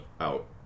out